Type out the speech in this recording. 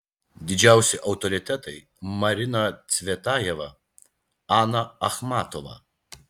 didžiausi autoritetai marina cvetajeva ana achmatova